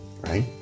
right